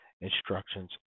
instructions